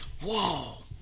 whoa